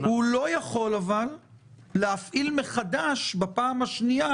הוא לא יכול אבל להפעיל מחדש בפעם השנייה